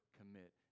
commit